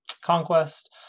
Conquest